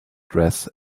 dress